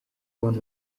kubona